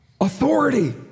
authority